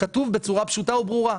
כתוב בצורה פשוטה וברורה.